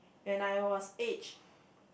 when I was age